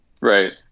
Right